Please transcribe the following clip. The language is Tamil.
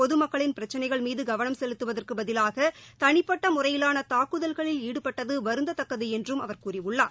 பொதுமக்களின் பிரச்சினைகள் மீதுகவனம் செலுத்துவதற்குபதிலாகதனிப்பட்டமுறையிலானதாக்குதல்களில் ஈடுபட்டதுவருந்தத் தக்கதுஎன்றும் அவர் கூறியுள்ளார்